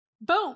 Boom